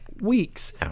weeks